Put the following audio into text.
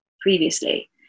previously